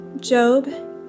Job